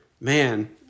man